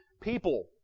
people